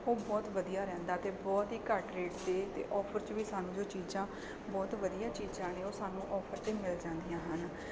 ਉਹ ਬਹੁਤ ਵਧੀਆ ਰਹਿੰਦਾ ਅਤੇ ਬਹੁਤ ਹੀ ਘੱਟ ਰੇਟ 'ਤੇ ਅਤੇ ਓਫਰ 'ਚ ਵੀ ਸਾਨੂੰ ਜੋ ਚੀਜ਼ਾਂ ਬਹੁਤ ਵਧੀਆ ਚੀਜ਼ਾਂ ਨੇ ਉਹ ਸਾਨੂੰ ਓਫਰ 'ਤੇ ਮਿਲ ਜਾਂਦੀਆਂ ਹਨ